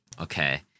Okay